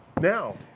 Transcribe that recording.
Now